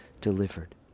delivered